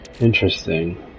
Interesting